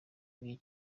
w’iyi